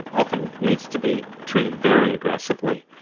often needs to be treated very aggressively.